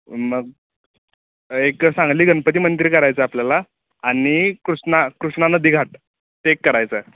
एक सांगली गणपती मंदिर करायचं आपल्याला आणि कृष्णा कृष्णा नदी घाट ते एक करायचं आहे